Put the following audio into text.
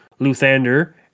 Luthander